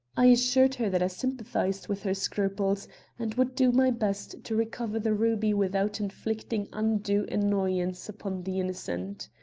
i assured her that i sympathized with her scruples and would do my best to recover the ruby without inflicting undue annoyance upon the innocent.